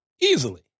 Easily